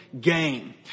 game